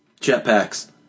jetpacks